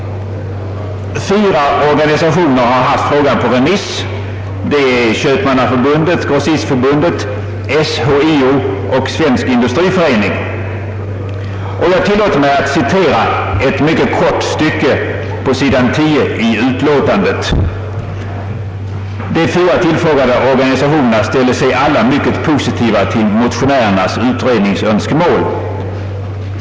Fyra organisationer har haft frågan på remiss, nämligen Köpmannaförbundet, Grossistförbundet, SHIO och Svensk industriförening. Jag tillåter mig att citera ett mycket kort stycke på s. 10 i utskottets utlåtande: »De fyra tillfrågade organisationerna ställde sig alla mycket positiva till motionärernas utredningsönskemål.